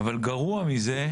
אבל גרוע מזה,